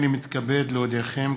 הינני מתכבד להודיעכם,